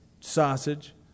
sausage